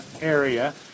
area